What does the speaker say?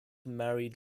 married